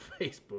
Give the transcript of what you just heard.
Facebook